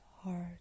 heart